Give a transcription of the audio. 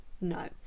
no